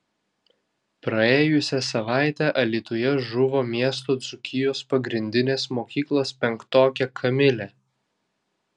praėjusią savaitę alytuje žuvo miesto dzūkijos pagrindinės mokyklos penktokė kamilė